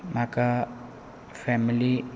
म्हाका फॅमिली